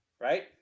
right